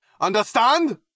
Understand